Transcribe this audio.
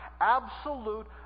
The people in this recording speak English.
Absolute